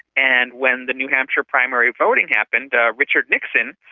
and when the new hampshire primary voting happened, richard nixon,